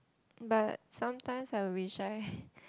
but sometimes I wish I